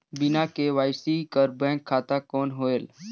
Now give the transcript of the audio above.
बिना के.वाई.सी कर बैंक खाता कौन होएल?